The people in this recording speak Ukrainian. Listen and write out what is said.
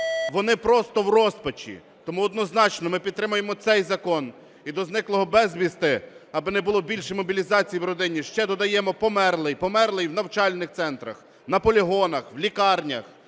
вони просто в розпачі. Тому однозначно ми підтримаємо цей закон. І до зниклого безвісти, аби не було більше мобілізації в родині, ще додаємо: померлий, померлий в навчальних центрах, на полігонах, в лікарнях.